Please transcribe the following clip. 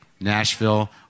Nashville